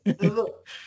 Look